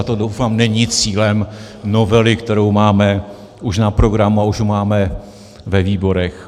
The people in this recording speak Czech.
A to, doufám, není cílem novely, kterou máme už na programu a už ji máme ve výborech.